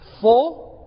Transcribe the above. four